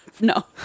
No